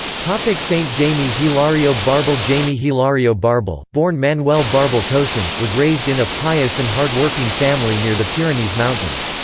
like saint yeah jaime hilario barbal jaime hilario barbal, born manuel barbal cosan, was raised in a pious and hardworking family near the pyrenees mountains.